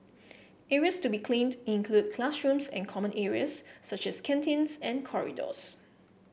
areas to be cleaned include classrooms and common areas such as canteens and corridors